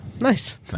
nice